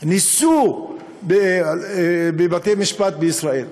ניסו בבתי-משפט בישראל.